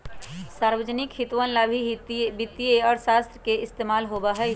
सार्वजनिक हितवन ला ही वित्तीय अर्थशास्त्र के इस्तेमाल होबा हई